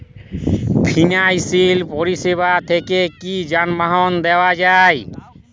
Financial পরিসেবা থেকে কি যানবাহন নেওয়া যায়?